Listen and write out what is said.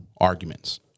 arguments